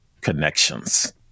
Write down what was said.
connections